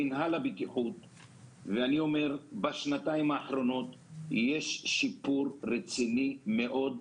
במינהל הבטיחות בשנתיים האחרונות יש שיפור רציני מאוד.